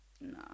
no